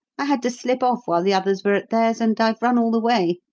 i had to slip off while the others were at theirs, and i've run all the way.